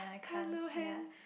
Kylo-Hen